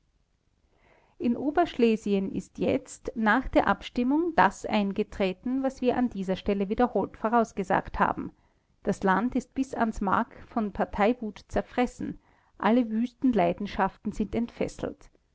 in oberschlesien ist jetzt nach der abstimmung das eingetreten was wir an dieser stelle wiederholt vorausgesagt haben das land ist bis ans mark von parteiwut zerfressen alle wüsten leidenschaften sind entfesselt